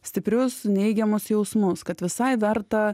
stiprius neigiamus jausmus kad visai verta